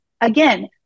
Again